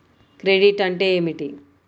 Credit అంటే ఏమిటి?